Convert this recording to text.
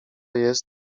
jest